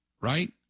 right